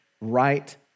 right